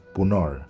Punor